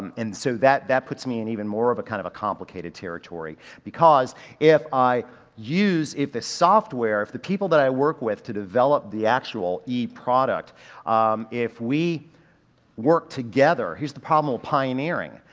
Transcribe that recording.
um so that, that puts me in even more of a kind of a complicated territory because if i use, if the software if the people that i work with to develop the actual e product if we work together, here's the problem with pioneering,